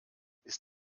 ist